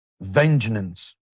vengeance